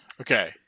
Okay